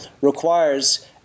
requires